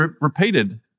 repeated